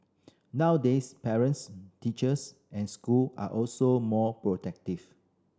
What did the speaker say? nowadays parents teachers and school are also more protective